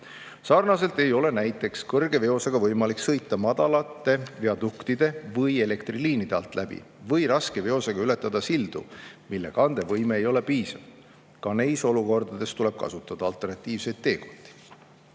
Sarnaselt ei ole näiteks kõrge veosega võimalik sõita madalate viaduktide või elektriliinide alt läbi või raske veosega ületada sildu, mille kandevõime ei ole piisav. Ka neis olukordades tuleb kasutada alternatiivseid teekondi.